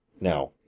Now